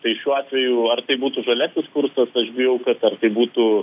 tai šiuo atveju ar tai būtų žaliasis kursas aš bijau kad ar tai būtų